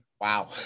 Wow